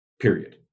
period